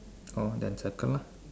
oh then circle lah